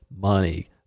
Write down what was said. money